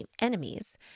enemies